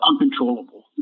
uncontrollable